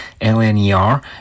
LNER